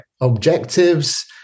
objectives